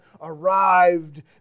arrived